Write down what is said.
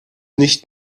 nicht